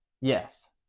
Yes